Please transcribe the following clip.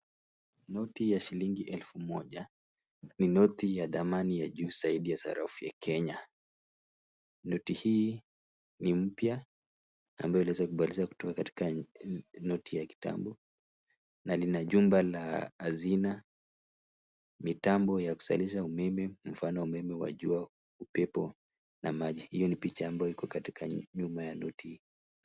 Noti ya shilingi elfu moja ni noti ya dhamani ya juu zaidi ya sarafu ya Kenya. Noti hii ni mpya ambayo iliweza ikabadilishwa katika noti ya kitambo na lina jumba la hazina, mitambo ya kuzalisha umeme mfano umeme wa jua, upepo na maji. Hiyo ni picha iliyo katika nyuma ya noti.